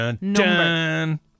number